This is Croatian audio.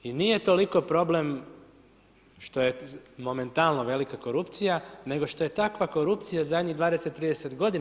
I nije toliko problem što je momentalno velika korupcija, nego što je takva korupcija zadnjih 20-30 godina.